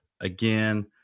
Again